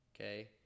okay